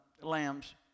lambs